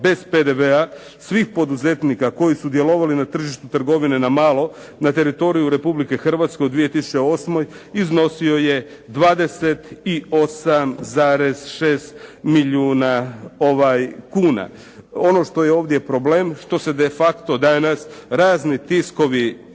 bez PDV-a svih poduzetnika koji su djelovali na tržištu trgovine na malo na teritoriju Republike Hrvatske u 2008. iznosi je 28,6 milijuna kuna. Ono što je ovdje problem što se de facto danas razni tiskovi,